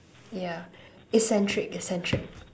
yeah eccentric eccentric